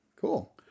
cool